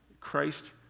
Christ